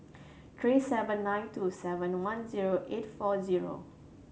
three seven nine two seven one zero eight four zero